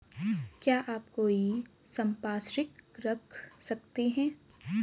क्या आप कोई संपार्श्विक रख सकते हैं?